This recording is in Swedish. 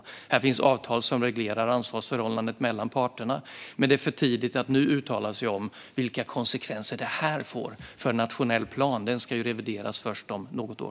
Här finns avtal som reglerar ansvarsförhållandet mellan parterna, men det är för tidigt att nu uttala sig om vilka konsekvenser det här får för nationell plan. Den ska ju revideras först om något år.